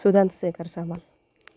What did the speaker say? Sudhanshu Shekhar Samal